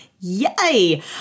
Yay